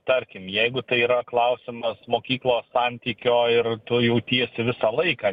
tarkim jeigu tai yra klausimas mokyklos santykio ir tu jautiesi visą laiką